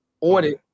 audit